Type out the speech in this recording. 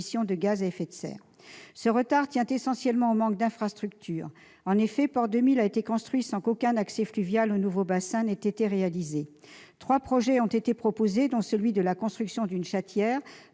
de gaz à effet de serre. Ce retard tient essentiellement au manque d'infrastructures. En effet, Port 2000 a été construit sans qu'aucun accès fluvial au nouveau bassin ait été réalisé. Trois projets ont été proposés, dont celui de la construction d'une « chatière